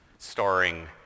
starring